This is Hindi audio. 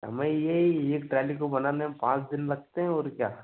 हमें यही एक ट्राली को बनाने में पाँच दिन लगते हैं और क्या